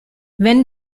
wenn